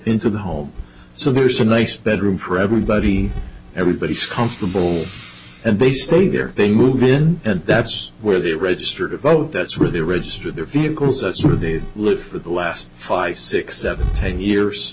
into the home so there's a nice bedroom for everybody everybody's comfortable and they stay there they move in and that's where they register to vote that's where the register their vehicles that's where they live for the last five six seven ten years